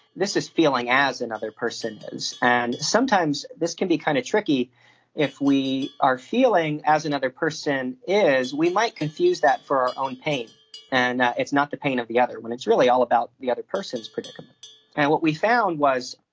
this is feeling as another person is. and sometimes this can be kind of tricky if we are feeling as another person is, we might confuse that for our own pain and it's not the pain of the other, when it's really all about the other person's pain. but and what we found was,